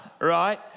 right